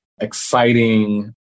exciting